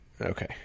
Okay